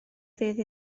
ddydd